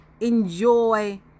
enjoy